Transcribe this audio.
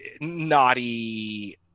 naughty